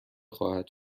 خواهد